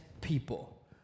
people